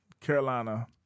Carolina